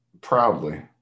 Proudly